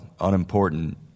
unimportant